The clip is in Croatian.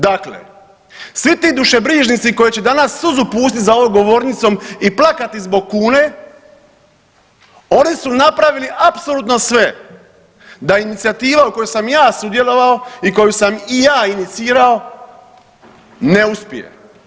Dakle, svi ti dušebrižnici koji će danas suzu pustiti za ovom govornicom i plakati zbog kune, oni su napravili apsolutno sve da inicijativa u kojoj sam ja sudjelovao i koju sam ja inicirao ne uspije.